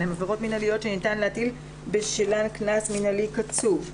הן עבירות מינהליות שניתן להטיל בשלן קנס מינהלי קצוב.